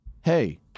hey